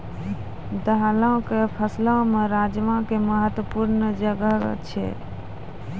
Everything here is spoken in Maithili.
दलहनो के फसलो मे राजमा के महत्वपूर्ण जगह छै